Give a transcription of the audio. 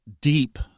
deep